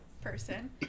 person